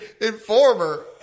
Informer